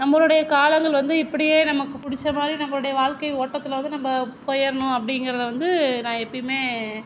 நம்மளுடைய காலங்கள் வந்து இப்படியே நமக்கு பிடிச்ச மாதிரி நம்மளோட வாழ்க்கை ஓட்டத்தில் வந்து நம்ம போயிடணும் அப்படிங்குறதுல வந்து நான் எப்பவுமே